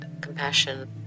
compassion